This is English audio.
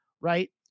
right